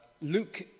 Luke